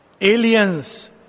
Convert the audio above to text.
Aliens